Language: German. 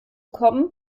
kommen